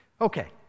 Okay